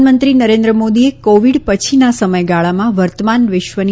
પ્રધાનમંત્રી નરેન્દ્ર મોદીએ કોવીડ પછીના સમયાગાળામાં વર્તમાન વિશ્વની